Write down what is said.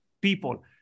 people